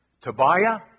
Tobiah